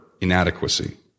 inadequacy